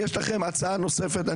אם יש לכם הצעה נוספת,